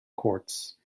courts